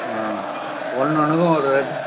ஆ ஒன்று ஒன்றுக்கும் ஒரு ஒரு ரேட்டு